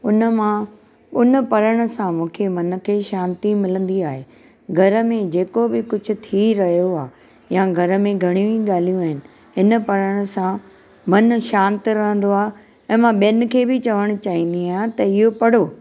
उन मां उन पढ़ण सां मूंखे मन खे शांती मिलंदी आहे घर में जेको बि कुझु थी रहियो आहे या घर में घणियूं ई ॻाल्हियूं आहिनि हिन पढ़ण सां मनु शांति रहंदो आहे ऐं मां ॿियनि खे बि चवणु चाहींदी आहियां त इहो पढ़ो